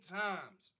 times